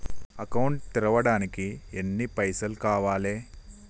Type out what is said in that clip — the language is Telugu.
అకౌంట్ తెరవడానికి ఎన్ని పైసల్ కావాలే?